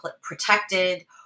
protected